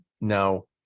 Now